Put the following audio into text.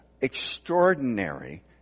extraordinary